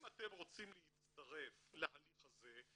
אם אתם רוצים להצטרף להליך הזה,